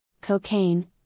cocaine